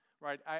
right